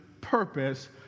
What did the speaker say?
purpose